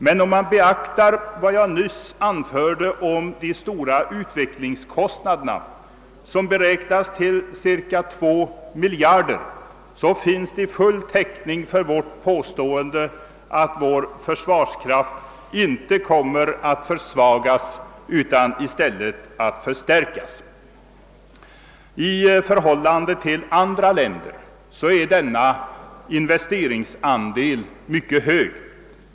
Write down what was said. Men om man beaktar vad jag nyss anförde om de stora utvecklingskostnaderna på ungefär 2 miljarder kronor finns det full täckning för vårt påstående, att vår försvarskraft inte kommer att försvagas utan i stället att förstärkas. I förhållande till andra länders mot ringsandel mycket hög.